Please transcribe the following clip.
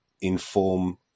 inform